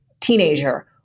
teenager